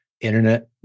internet